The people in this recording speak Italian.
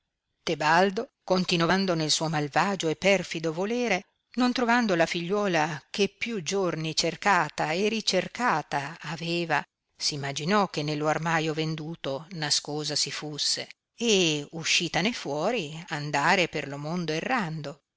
tebaldo continovando nel suo malvagio e perfido volere non trovando la figliuola che più giorni cercata e ricercata aveva s imaginò che nello armaio venduto nascosa si fusse e uscitane fuori andare per lo mondo errando